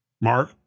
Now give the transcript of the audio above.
Mark